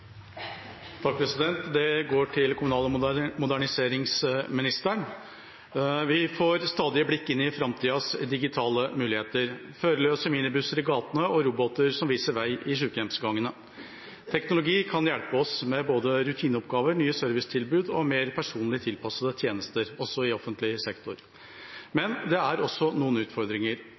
går til kommunal- og moderniseringsministeren. Vi får stadige blikk inn i framtidas digitale muligheter – førerløse minibusser i gatene og roboter som viser vei i sykehjemsgangene. Teknologi kan hjelpe oss med både rutineoppgaver, nye servicetilbud og mer personlig tilpassede tjenester, også i offentlig sektor, men det er også noen utfordringer: